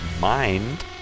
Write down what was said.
Mind